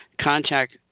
contact